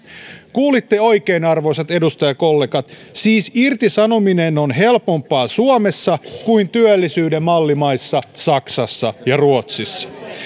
kuulitte oikein arvoisat edustajakollegat siis irtisanominen on helpompaa suomessa kuin työllisyyden mallimaissa saksassa ja ruotsissa